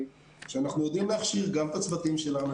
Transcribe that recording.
שאנחנו יודעים להכשיר גם את הצוותים שלנו.